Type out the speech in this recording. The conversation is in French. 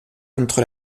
entre